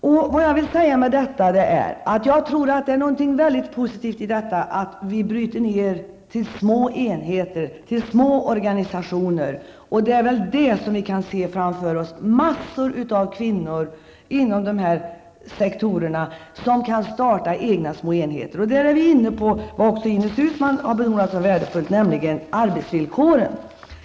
Med detta vill jag säga att jag tror det är mycket positivt att vi bryter ned verksamheten till små enheter, till små organisationer, där vi kan se framför oss massor av kvinnor som kan starta egna små enheter. Där är vi inne på vad Ines Uusmann har betonat som värdefullt, nämligen arbetsvillkoren.